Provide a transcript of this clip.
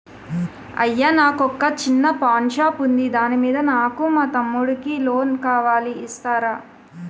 అయ్యా నాకు వొక చిన్న పాన్ షాప్ ఉంది దాని మీద నాకు మా తమ్ముడి కి లోన్ కావాలి ఇస్తారా?